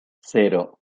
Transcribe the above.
cero